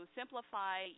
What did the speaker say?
simplify